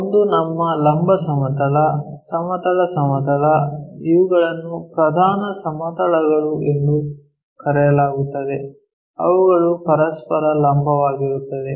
ಒಂದು ನಮ್ಮ ಲಂಬ ಸಮತಲ ಸಮತಲ ಸಮತಲ ಇವುಗಳನ್ನು ಪ್ರಧಾನ ಸಮತಲಗಳು ಎಂದು ಕರೆಯಲಾಗುತ್ತದೆ ಅವುಗಳ ಪರಸ್ಪರ ಲಂಬವಾಗಿರುತ್ತವೆ